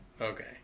Okay